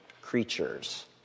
creatures